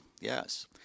yes